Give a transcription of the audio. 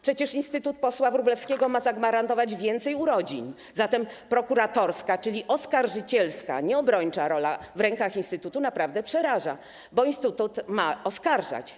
Przecież instytut posła Wróblewskiego ma zagwarantować więcej urodzin, zatem prokuratorska, czyli oskarżycielska, a nie obrończa, rola w rękach instytutu naprawdę przeraża, bo instytut ma oskarżać.